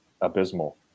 abysmal